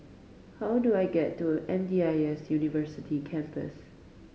how do I get to M D I S University Campus